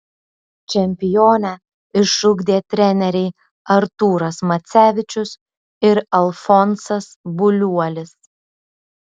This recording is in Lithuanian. čempionę išugdė treneriai artūras macevičius ir alfonsas buliuolis